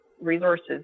resources